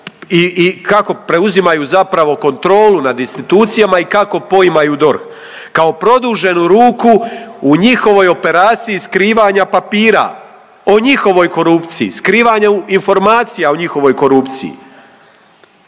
i kako preuzimaju zapravo kontrolu nad institucijama i kako poimaju DORH, kao produženu ruku u njihovoj operaciji skrivanja papira, o njihovoj korupciji skrivanja informacija o njihovoj korupciji.